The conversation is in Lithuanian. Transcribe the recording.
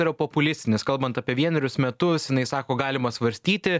yra populistinis kalbant apie vienerius metus jinai sako galima svarstyti